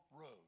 road